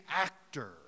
actor